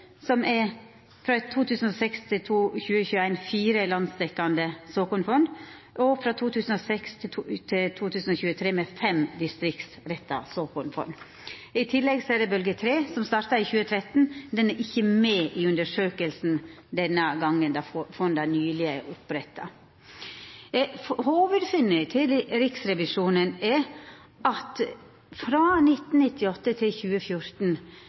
bølgje 2, frå 2006–2021, med fire landsdekkjande såkornfond, og frå 2006–2023, med fem distriktsretta såkornfond I tillegg er det bølgje 3, som starta i 2013, men ho er ikkje med i undersøkinga denne gongen, då fonda nyleg er oppretta. Hovudfunna til Riksrevisjonen er at frå 1998 til 2014